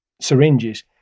syringes